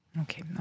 Okay